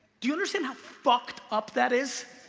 do you understand how fucked up that is?